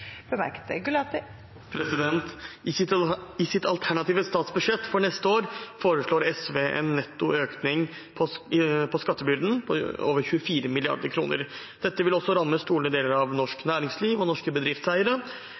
I sitt alternative statsbudsjett for neste år foreslår SV en netto økning i skattebyrden på over 24 mrd. kr. Dette vil også ramme store deler av norsk næringsliv, norske bedriftseiere